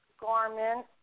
garment